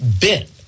bit